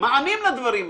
מענים לדברים האלה.